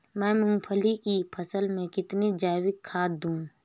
मैं मूंगफली की फसल में कितनी जैविक खाद दूं?